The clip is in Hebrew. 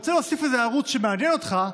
וכשאתה רוצה להוסיף איזה ערוץ שמעניין אותך,